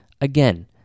Again